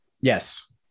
Yes